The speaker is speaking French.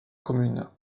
commune